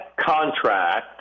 contract